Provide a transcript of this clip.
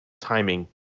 timing